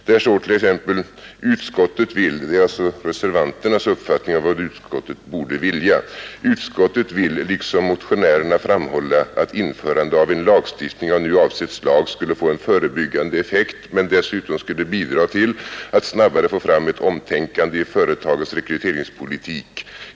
Där heter det: ”Utskottet vill” — detta är alltså reservanternas uppfattning om vad utskottet borde ha skrivit — ”liksom motionärerna framhålla att införande av en lagstiftning av nu avsett slag skulle få en förebyggande effekt men dessutom skulle bidra till att snabbare få fram ett omtänkande i företagens rekryteringspolitik.